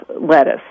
lettuce